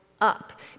up